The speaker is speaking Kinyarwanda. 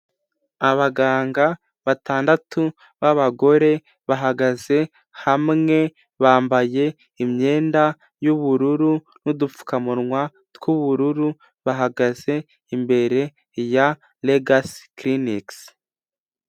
Abaganga batandatu b'abagore bahagaze hamwe, bambaye imyenda y'ubururu n'udupfukamunwa tw'ubururu, bahagaze imbere ya Legacy Clinics.